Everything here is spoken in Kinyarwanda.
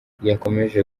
yakomeje